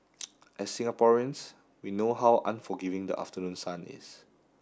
as Singaporeans we know how unforgiving the afternoon sun is